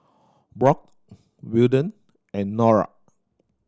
Brock Wilton and Nora